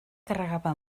carregava